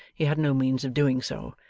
he had no means of doing so,